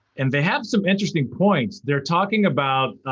and they have some interesting points, they're talking about,